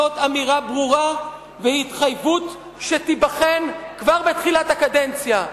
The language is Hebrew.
זאת אמירה ברורה והתחייבות שתיבחן כבר בתחילת הקדנציה".